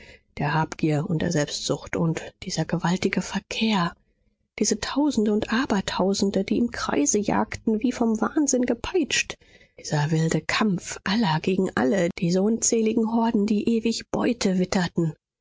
der habgier und der selbstsucht und dieser gewaltige verkehr diese tausende und abertausende die im kreise jagten wie vom wahnsinn gepeitscht dieser wilde kampf aller gegen alle diese unzähligen horden die ewig beute witterten